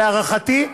להערכתי,